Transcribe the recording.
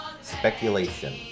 speculation